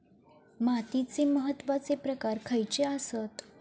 मातीचे महत्वाचे प्रकार खयचे आसत?